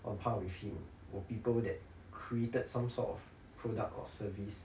on par with him were people that created some sort of product or service